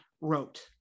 wrote